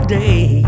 day